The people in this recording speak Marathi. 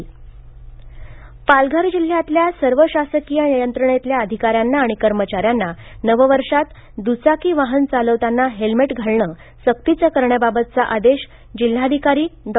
हेल्मेट पालघर जिल्ह्यातल्या सर्व शासकीय यंत्रणेतल्या अधिका यांना आणि कर्मच्या यांना नववर्षात द्चाकी वाहन चालवताना हेल्मेट घालणं सक्तीचं करण्याबाबतचा आदेश जिल्हाधिकारी डॉ